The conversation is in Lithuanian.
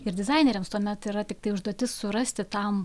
ir dizaineriams tuomet yra tiktai užduotis surasti tam